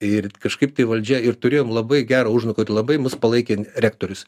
ir kažkaip tai valdžia ir turėjom labai gerą užnugarį labai mus palaikė rektorius